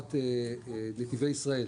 שחברת נתיבי ישראל